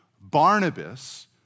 Barnabas